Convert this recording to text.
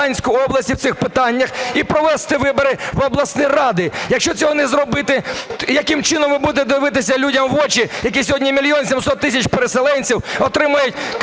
і провести вибори в обласні ради. Якщо цього не зробити, яким чином ви будете дивитися людям в очі, яких сьогодні мільйон 700 тисяч переселенців отримують